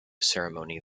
ceremony